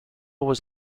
was